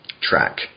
track